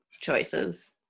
choices